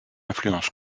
influence